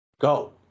Go